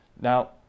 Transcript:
Now